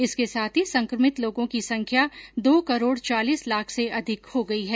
इसके साथ ही संक्रमित लोगों की संख्या दो करोड चालीस लाख से अधिक हो गई है